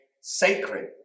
sacred